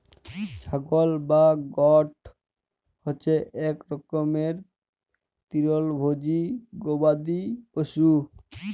ছাগল বা গট হছে ইক রকমের তিরলভোজী গবাদি পশু